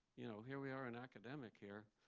you know, here we are in academic here.